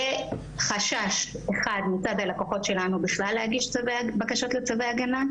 יהיה חשש מצד הלקוחות שלנו בכלל להגיש בקשות לצווי הגנה,